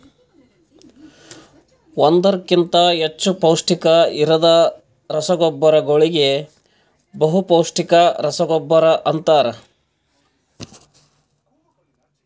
ಒಂದುರ್ ಕಿಂತಾ ಹೆಚ್ಚ ಪೌಷ್ಟಿಕ ಇರದ್ ರಸಗೊಬ್ಬರಗೋಳಿಗ ಬಹುಪೌಸ್ಟಿಕ ರಸಗೊಬ್ಬರ ಅಂತಾರ್